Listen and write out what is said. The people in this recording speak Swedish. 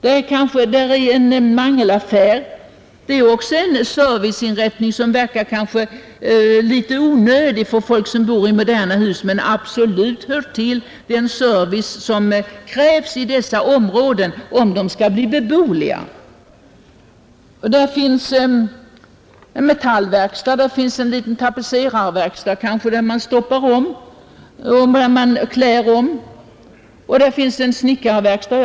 Där finns kanske en mangelbod — det är också en serviceinrättning som verkar litet onödig för folk som bor i moderna hus men som absolut hör till den service som krävs i dessa områden, om de skall vara beboeliga. Där finns en metallverkstad, där finns en liten tapetserarverkstad där man klär om möbler och där finns en snickarverkstad.